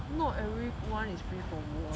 not everyone is free from war